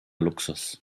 luxus